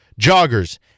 joggers